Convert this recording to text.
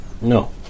No